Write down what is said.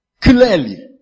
clearly